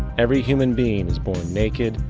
every human being is born naked,